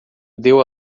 deu